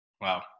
Wow